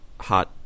hot